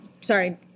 sorry